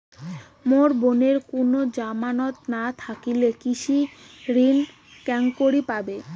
মোর বোনের কুনো জামানত না থাকিলে কৃষি ঋণ কেঙকরি পাবে?